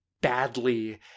badly